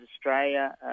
Australia